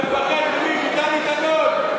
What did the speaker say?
מפחד מדני דנון,